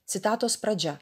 citatos pradžia